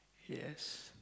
yes